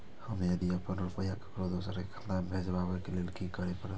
हम यदि अपन रुपया ककरो दोसर के खाता में भेजबाक लेल कि करै परत?